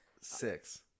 Six